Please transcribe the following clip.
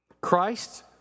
Christ